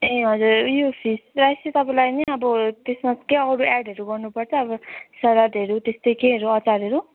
ए हजुर यो fish rice चाहिँ तपाईँलाई नै अब त्यसमा केही अब एडहरू गर्नुपर्छ अब सलादहरू त्यस्तै केहीहरू अचारहरू